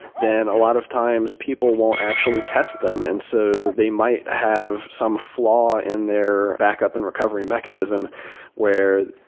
then a lot of times people won't actually test them. and so they might have some flaw in their backup and recovery mechanism where,